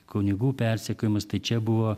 kunigų persekiojimus tai čia buvo